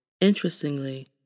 Interestingly